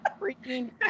freaking